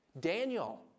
Daniel